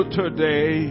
today